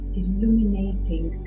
illuminating